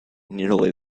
nearly